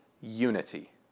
unity